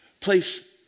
Place